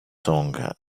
song